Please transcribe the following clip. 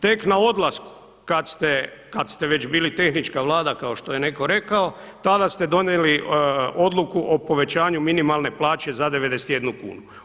Tek na odlasku kada ste već bili tehnička Vlada kao što je netko rekao, tada ste donijeli odluku o povećanju minimalne plaće za 91 kunu.